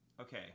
Okay